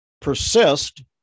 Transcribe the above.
persist